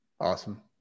Awesome